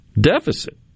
deficit